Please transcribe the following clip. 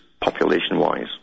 population-wise